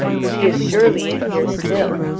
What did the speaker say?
for he is surely in here still,